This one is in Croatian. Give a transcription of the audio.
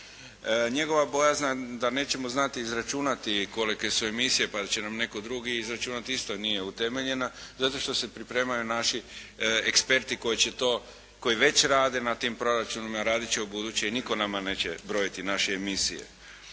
Njegova bojazan da nećemo znati izračunati kolike su emisije pa će nam netko drugi izračunati isto nije utemeljena zato što se pripremaju naši eksperti koji već rade na tim proračunima, raditi će ubuduće i nitko nama neće brojiti naše emisije.